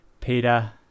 Peter